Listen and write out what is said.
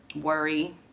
worry